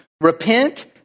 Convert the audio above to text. repent